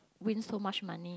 win so much money